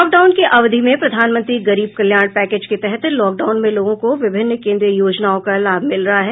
lockdown की अवधि में प्रधानमंत्री गरीब कल्याण पैकेज के तहत लॉकडाउन में लोगों को विभिन्न केन्द्रीय योजनाओं का लाभ मिल रहा है